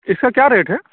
اِس کا کیا ریٹ ہے